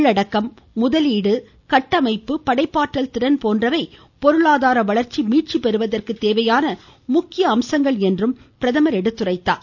உள்ளடக்கம் முதலீடு கட்டமைப்பு படைப்பாற்றல் திறன் போன்றவை பொருளாதார வளர்ச்சி மீட்சி பெறுவதற்கு தேவையான முக்கிய அம்சங்கள் என்றும் பிரதமர் சுட்டிக்காட்டினார்